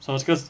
so 这个是